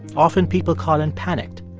often, people call in panicked.